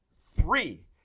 Three